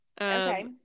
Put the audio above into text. Okay